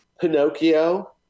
Pinocchio